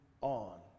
on